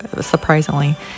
surprisingly